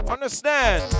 Understand